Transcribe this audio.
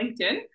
LinkedIn